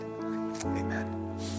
amen